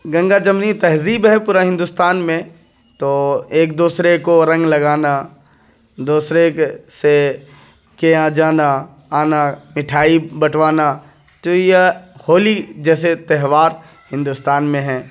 گنگا جمنی تہذیب ہے پورا ہندوستان میں تو ایک دوسرے کو رنگ لگانا دوسرے کے سے کے یہاں جانا آنا مٹھائی بٹوانا تو یہ ہولی جیسے تہوار ہندوستان میں ہیں